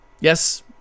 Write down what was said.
Yes